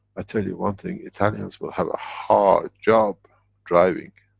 i tell you one thing, italians will have a hard job driving.